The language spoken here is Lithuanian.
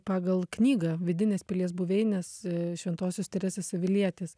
pagal knygą vidinės pilies buveinės šventosios teresės avilietės